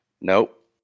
Nope